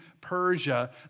Persia